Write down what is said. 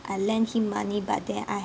I lend him money but then I